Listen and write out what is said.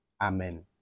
amen